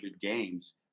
games